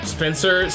Spencer